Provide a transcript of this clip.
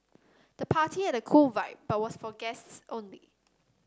the party had a cool vibe but was for guests only